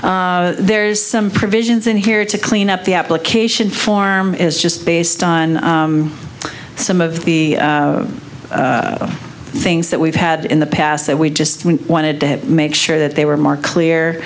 e there's some provisions in here to clean up the application form is just based on some of the things that we've had in the past that we just wanted to make sure that they were more clear